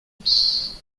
arms